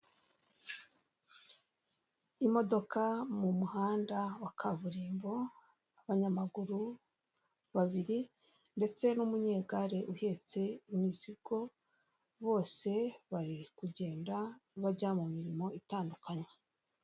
Imodoka mu muhanda wa kaburimbo, abanyamaguru babiri ndetse n'umunyegare uhetse imizigo, bose bari kugenda bajya mu mirimo itandukanye.